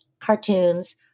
cartoons